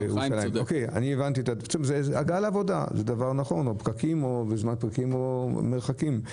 זה ההגעה לעבודה הפקקים והמרחקים.